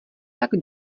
tak